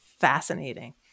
fascinating